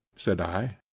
said i.